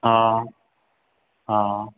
हा हा